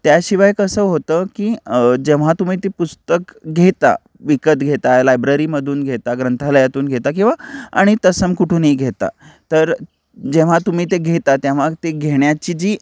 त्याशिवाय कसं होतं की जेव्हा तुम्ही ती पुस्तक घेता विकत घेता लायब्ररीमधून घेता ग्रंथालयातून घेता किंवा आणि तत्सम कुठूनही घेता तर जेव्हा तुम्ही ते घेता तेव्हा ती घेण्याची जी